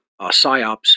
PsyOps